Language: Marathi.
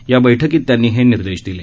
या बैठकीत त्यांनी हे निर्देश दिले